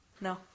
No